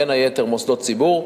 בין היתר מוסדות ציבור.